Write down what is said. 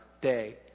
day